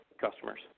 customers